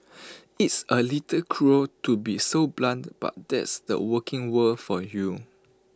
it's A little cruel to be so blunt but that's the working world for you